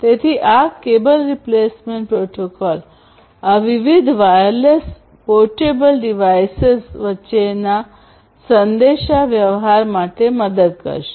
તેથી આ cable replacement protocol આ વિવિધ વાયરલેસ પોર્ટેબલ ડિવાઇસેસ વચ્ચેના સંદેશાવ્યવહાર માટે મદદ કરશે